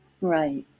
Right